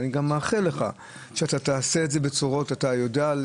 ואני גם מאחל לך שאתה תעשה את זה בצורות שאתה יודע,